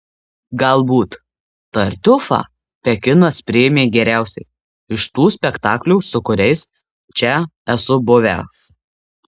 galbūt tartiufą pekinas priėmė geriausiai iš tų spektaklių su kuriais čia esu buvęs